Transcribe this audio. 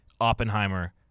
Oppenheimer